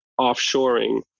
offshoring